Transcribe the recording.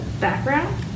background